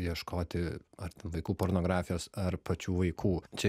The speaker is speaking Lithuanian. ieškoti ar ten vaikų pornografijos ar pačių vaikų čia